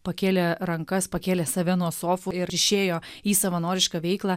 pakėlė rankas pakėlė save nuo sofų ir išėjo į savanorišką veiklą